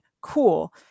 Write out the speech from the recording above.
cool